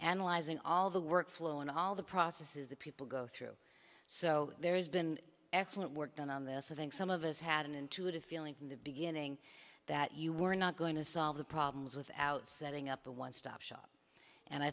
analyzing all the workflow and all the processes that people go through so there's been excellent work done on this i think some of us had an intuitive feeling from the beginning that you were not going to solve the problems without setting up a one stop shop and i